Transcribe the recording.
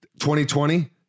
2020